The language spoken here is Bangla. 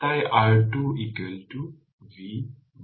তাই R2 V i হয়ে যাবে